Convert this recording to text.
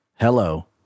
Hello